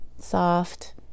soft